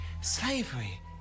slavery